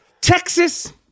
Texas